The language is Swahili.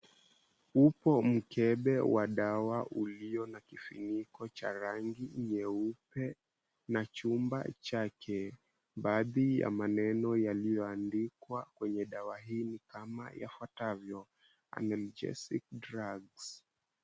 Upo mkebe wa dawa ulio na kifuniko cha rangi nyeupe na chumba chake. Baadhi ya maneno yaliyoandikwa kwenye dawa hii ni kama yafuatavyo, Analgesic Drugs.